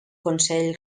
consell